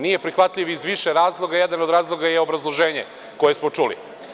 Nije prihvatljiv iz više razloga, a jedan od razloga je i obrazloženje koje smo čuli.